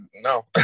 no